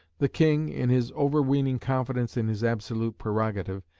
the king, in his overweening confidence in his absolute prerogative,